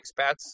expats